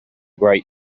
great